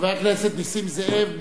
חבר כנסת נסים זאב,